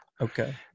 Okay